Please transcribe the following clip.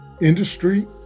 industry